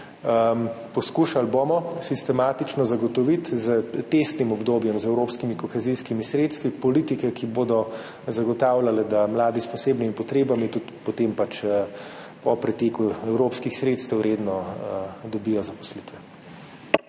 poskušali bomo sistematično zagotoviti, s testnim obdobjem z evropskimi kohezijskimi sredstvi, politike, ki bodo zagotavljale, da mladi s posebnimi potrebami tudi po preteku evropskih sredstev redno dobijo zaposlitve.